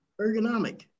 Ergonomic